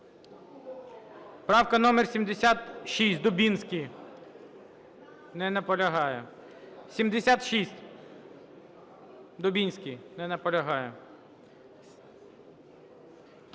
Правка номер 76, Дубінський. Не наполягає.